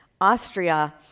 Austria